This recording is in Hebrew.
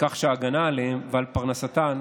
בכך שההגנה עליהן ועל פרנסתן